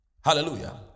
Hallelujah